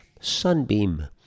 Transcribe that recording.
Sunbeam